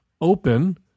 open